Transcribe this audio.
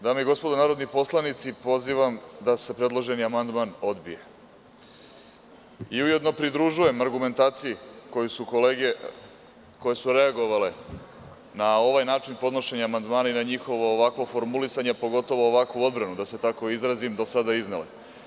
Dame i gospodo narodni poslanici, pozivam da se predloženi amandman odbije, i ujedno pridružujem argumentaciji koju su kolege, koje su reagovale na ovaj način podnošenja amandmana i na njihovo ovakvo formulisanje pogotovo ovakvu odbranu da se tako izrazim do sada iznele.